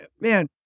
man